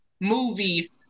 movie